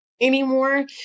anymore